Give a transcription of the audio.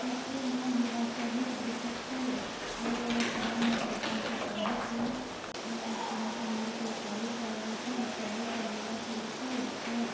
factory नहि भेलासँ भी दिक्कत छै आबऽवला समयमे सरकारके चाही कि चीनीके मीलके चालू करबेथिन चालू करबेलासँ जे छै से